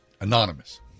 anonymous